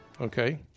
Okay